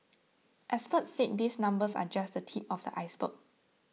experts said these numbers are just the tip of the iceberg